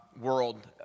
world